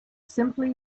simply